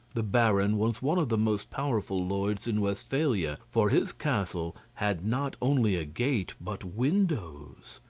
the baron was one of the most powerful lords in westphalia, for his castle had not only a gate, but windows.